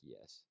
yes